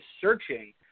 searching